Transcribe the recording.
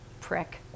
Prick